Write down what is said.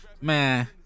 man